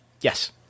Yes